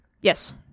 Yes